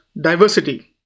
Diversity